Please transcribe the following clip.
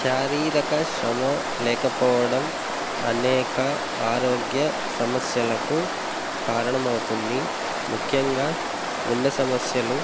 శారీరక శ్రమ లేకపోవడం అనేక ఆరోగ్య సమస్యలకు కారణమవుతుంది ముఖ్యంగా గుండె సమస్యలు